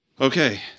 Okay